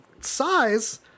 size